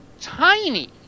tiny